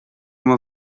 uma